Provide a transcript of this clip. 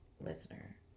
listener